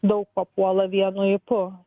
daug papuola vienu ypu